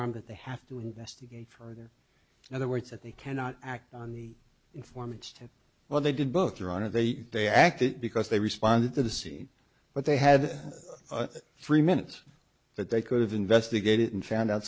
firearm that they have to investigate further in other words that they cannot act on the informants to well they did both your honor they they acted because they responded to the scene but they had three minutes but they could have investigated and found out